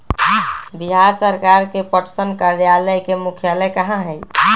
बिहार सरकार के पटसन कार्यालय के मुख्यालय कहाँ हई?